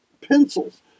pencils